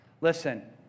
listen